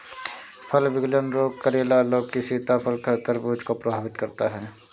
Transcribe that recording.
फल विगलन रोग करेला, लौकी, सीताफल, तरबूज को प्रभावित करता है